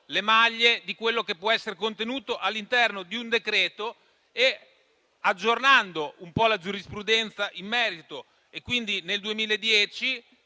le maglie di quello che può essere contenuto all'interno di un decreto-legge e aggiornando un po' la giurisprudenza in merito. Con le